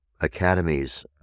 academies